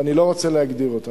ואני לא רוצה להגדיר אותה.